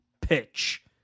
pitch